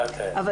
אם